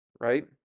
right